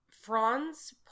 Franz